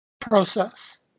process